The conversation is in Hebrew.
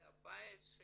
זה הבית שלי"